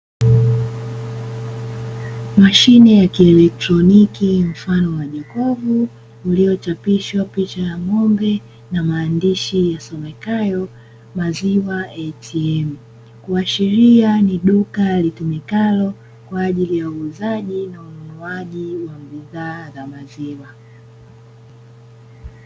Mashine ya kielektroniki mfano wa jokofu, iliyochapishwa picha ya ng'ombe na maandishi yanayosomeka "maziwa ATM", kuashiria ni duka litumikalo kwa ajili ya uuzaji wa maziwa na bidhaa za maziwa.